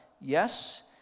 Yes